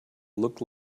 look